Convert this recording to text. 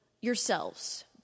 yourselves